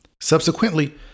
Subsequently